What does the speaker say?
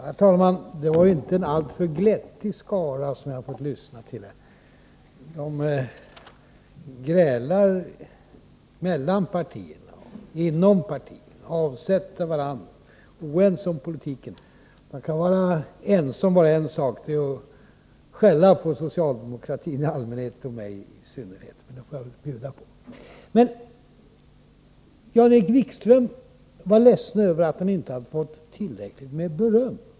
Herr talman! Det var en inte alltför glättig skara som jag fick lyssna till här. De grälar mellan partierna och inom partierna, avsätter varandra och är oense om politiken. De kan vara ense om bara en sak: att skälla på socialdemokratin i allmänhet och mig i synnerhet. Men det får jag väl bjuda på. Jan-Erik Wikström var ledsen över att han inte hade fått tillräckligt med beröm.